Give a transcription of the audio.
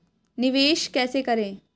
निवेश कैसे करें?